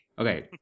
Okay